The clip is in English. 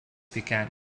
began